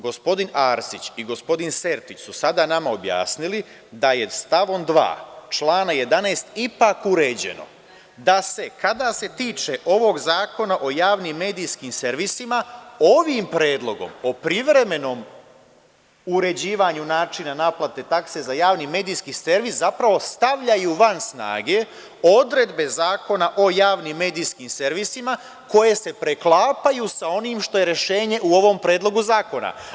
Gospodin Arsić i gospodin Sertić su sada nama objasnili da je stavom 2. člana 11. ipak uređeno da, kada se tiče ovog zakona o javnim medijskim servisima, ovim predlogom o privremenom uređivanju načina naplate takse za javni medijski servis zapravo stavljaju van snage odredbe Zakona o javnim medijskim servisima, koje se preklapaju sa onim što je rešenje u ovom Predlogu zakona.